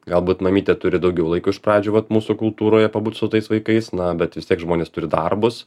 galbūt mamytė turi daugiau laiko iš pradžių vat mūsų kultūroje pabūt su tais vaikais na bet vis tiek žmonės turi darbus